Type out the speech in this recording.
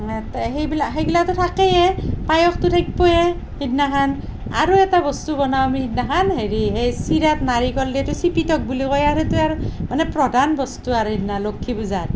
তে সেইগিলাকটো থাকেয়ে পায়সটো থাকবয়ে সিদনাখান আৰু এটা বস্তু বনাওঁ আমি সিদনাখান হেৰি এই চিৰাত নাৰিকল দি সেইটো চিপিটক বুলি কয় আৰু সেইটো আৰু মানে প্ৰধান বস্তু আৰু সিদিনা লক্ষী পূজাত